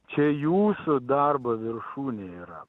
čia jūsų darbo viršūnė yra